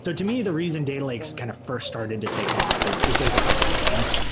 so to me, the reason data lakes kind of first started to take off is is there's a couple of things.